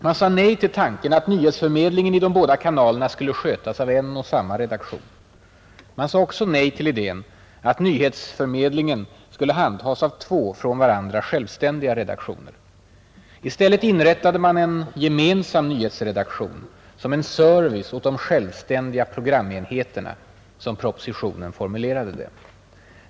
Man sade nej till tanken att nyhetsförmedlingen i de båda kanalerna skulle skötas av en och samma redaktion. Man sade också nej till idén att nyhetsförmedlingen skulle handhas av två från varandra självständiga redaktioner. I stället inrättade man ”en gemensam nyhetsredaktion som en service åt de självständiga programenheterna”, som propositionen formulerade det.